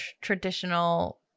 traditional